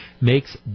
makes